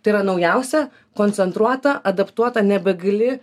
tai yra naujausia koncentruota adaptuota nebegali